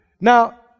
Now